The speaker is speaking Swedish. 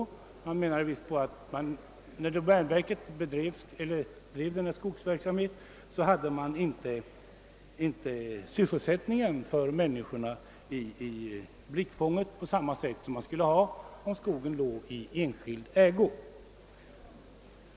Herr Nilsson ansåg visst att då domänverket bedrev denna skogsverksamhet kom inte människornas sysselsättning in i blickfånget på samma sätt som om skogen legat i enskild ägo.